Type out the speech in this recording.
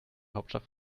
hauptstadt